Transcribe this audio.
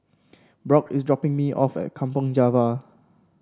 Brock is dropping me off at Kampong Java